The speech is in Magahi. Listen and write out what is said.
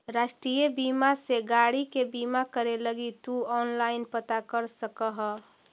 राष्ट्रीय बीमा से गाड़ी के बीमा करे लगी तु ऑनलाइन पता कर सकऽ ह